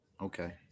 Okay